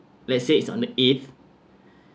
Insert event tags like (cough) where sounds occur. let's say it's on the eighth (breath)